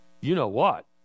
you-know-what